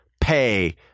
pay